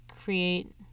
create